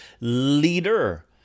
leader